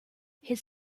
his